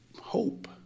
hope